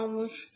নমস্কার